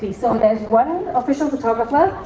so there's one official photographer.